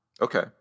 Okay